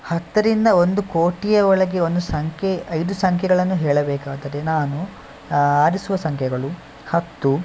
ಹತ್ತರಿಂದ ಒಂದು ಕೋಟಿಯ ಒಳಗೆ ಒಂದು ಸಂಖ್ಯೆ ಐದು ಸಂಖ್ಯೆಗಳನ್ನು ಹೇಳಬೇಕಾದರೆ ನಾನು ಆರಿಸುವ ಸಂಖ್ಯೆಗಳು ಹತ್ತು